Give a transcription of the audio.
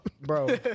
bro